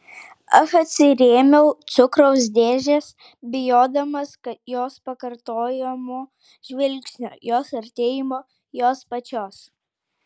aš atsirėmiau cukraus dėžės bijodamas jos pakartojamo žvilgsnio jos artėjimo jos pačios